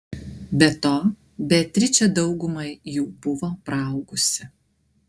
be to beatričė daugumą jų buvo praaugusi